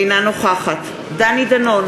אינה נוכחת דני דנון,